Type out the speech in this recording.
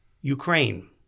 Ukraine